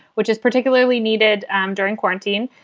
which is particularly needed um during quarantine.